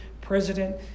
president